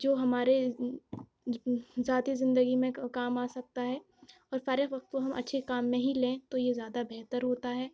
جو ہمارے ذاتی زندگی میں کام آ سکتا ہے اور فارغ وقت کو ہم اچھے کام میں ہی لیں تو یہ زیادہ بہتر ہوتا ہے